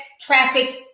trafficked